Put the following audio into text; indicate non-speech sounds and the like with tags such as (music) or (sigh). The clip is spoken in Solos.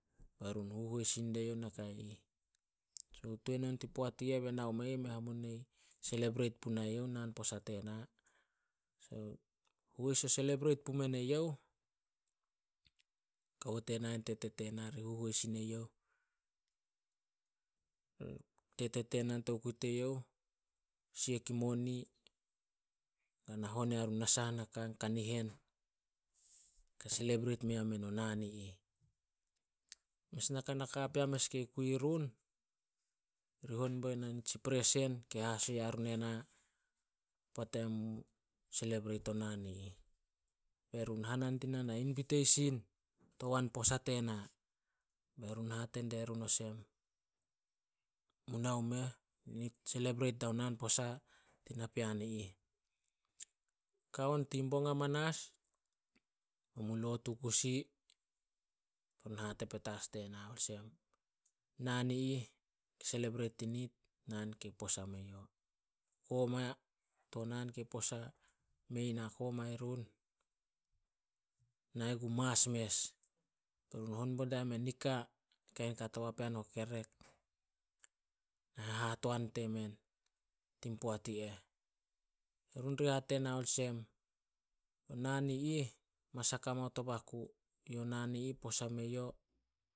﻿Bae run huhois sin die youh nakai ih, so tuan on tin poat i eh be nao me ih mei hamonei selebreit punai youh naan posa tena. (unintelligible) Hues e selebreit pumen eyouh, kawo tena, tete tena ri hois si eyouh. Tete tena tukui te youh siek in moni ana hon yarun saha naka, in kanihen ka selebreit me yamen o naan i ih. Mes naka nakapea mes kei kui run, ri hon bo ena nitsi presen kei haso yarun ena. Poat emen mu selebreit o nean i ih. Be run hana dinah na inviteisen to wan posa tena. Be run hate die run olsem mu nao meh, nit selebreit dao naan posa tin napean i ih. Kao on tin bong amanas men mu lotu kusi be run hate petas die na olsem, naan i ih ke selebreit dinit o naan kei posa me yo. Koma to naan kei posa mei na koma irun, na ih gu mas mes, be run hon bo diamen nika, kain ka to pean o kekerek. Hahatoan temen tin poat i eh. Run di hate ena olsem o naan i ih mas haka mao to baku. Yo naan i posa me yo.